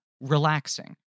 relaxing